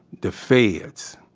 the feds,